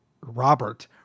Robert